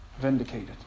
vindicated